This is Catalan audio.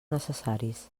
necessaris